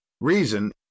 Reason